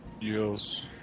Yes